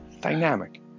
Dynamic